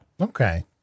Okay